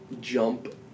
jump